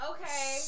Okay